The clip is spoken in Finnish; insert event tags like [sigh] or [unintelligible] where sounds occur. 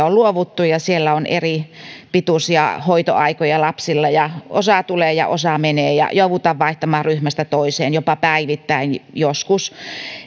[unintelligible] on luovuttu ja siellä on eripituisia hoitoaikoja lapsilla ja osa tulee ja osa menee ja joudutaan vaihtamaan ryhmästä toiseen joskus jopa päivittäin